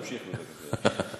תמשיך, בבקשה.